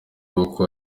koko